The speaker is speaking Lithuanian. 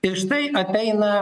ir štai ateina